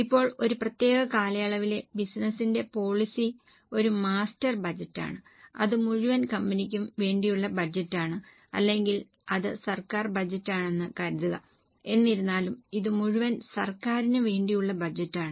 ഇപ്പോൾ ഒരു പ്രത്യേക കാലയളവിലെ ബിസിനസ്സിന്റെ പോളിസി ഒരു മാസ്റ്റർ ബജറ്റാണ് അത് മുഴുവൻ കമ്പനിക്കും വേണ്ടിയുള്ള ബജറ്റാണ് അല്ലെങ്കിൽ അത് സർക്കാർ ബജറ്റാണെന്ന് കരുതുക എന്നിരുന്നാലും ഇത് മുഴുവൻ സർക്കാരിന് വേണ്ടിയുള്ള ബജറ്റാണ്